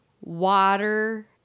water